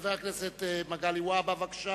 חבר הכנסת מגלי והבה, בבקשה.